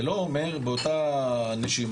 זה לא אומר, באותה נשימה,